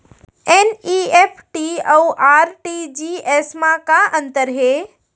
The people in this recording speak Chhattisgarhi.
एन.ई.एफ.टी अऊ आर.टी.जी.एस मा का अंतर हे?